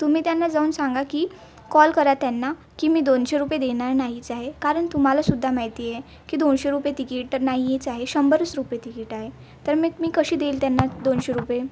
तुम्ही त्यांना जाऊन सांगा की कॉल करा त्यांना की मी दोनशे रुपये देणार नाहीच आहे कारण तुम्हाला सुद्धा माहिती आहे की दोनशे रुपे तिकीट नाहीच आहे शंबरच रुपये तिकीट आहे तर मेक मी कशी देईल त्यांना दोनशे रुपये